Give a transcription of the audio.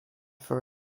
for